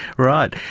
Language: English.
right.